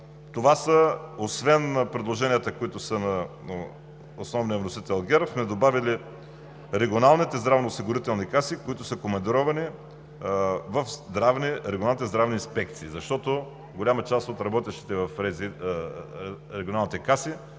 Това са освен предложенията, които са на основния вносител от ГЕРБ, добавили сме регионалните здравноосигурителни каси, които са командировани в регионалните здравни инспекции, защото голяма част от работещите в регионалните каси